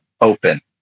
open